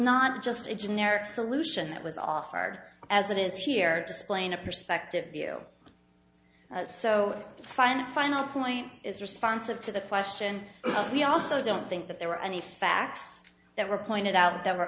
not just a generic solution that was offered as it is here displaying a perspective view so fine a final point is responsive to the question we also don't think that there were anything acts that were pointed out that were